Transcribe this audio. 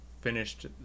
finished